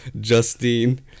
Justine